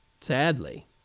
sadly